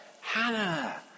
Hannah